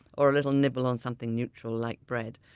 or a little nibble on something neutral, like bread.